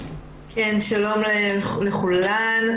שלום לכולן.